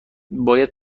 باید